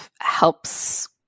helps